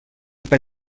per